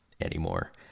anymore